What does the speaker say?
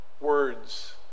words